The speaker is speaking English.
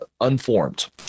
unformed